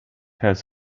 has